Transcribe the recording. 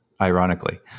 ironically